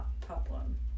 problem